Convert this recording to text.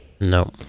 No